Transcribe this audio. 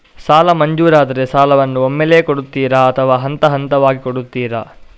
ಸಾಲ ಮಂಜೂರಾದರೆ ಸಾಲವನ್ನು ಒಮ್ಮೆಲೇ ಕೊಡುತ್ತೀರಾ ಅಥವಾ ಹಂತಹಂತವಾಗಿ ಕೊಡುತ್ತೀರಾ?